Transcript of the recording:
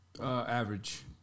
Average